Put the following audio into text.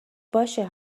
باشه